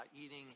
eating